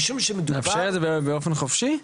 משום שמדובר --- לאפשר את זה באופן חופשי?